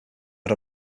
had